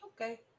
Okay